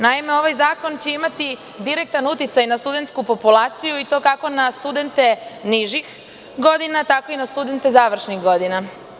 Naime, ovaj zakon će imati direktan uticaj na studentsku populaciju i to kako na studente nižih godina, tako i na studente završnih godina.